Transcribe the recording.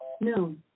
No